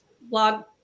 blog